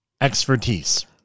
expertise